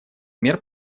мер